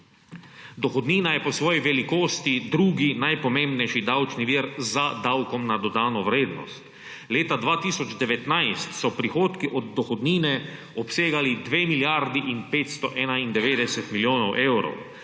Dohodnina je po svoji velikosti drugi najpomembnejši davčni vir za davkom na dodano vrednost. Leta 2019 so prihodki od dohodnine obsegali 2 milijardi in 591 milijonov evrov.